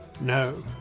no